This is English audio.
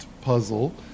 puzzle